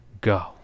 go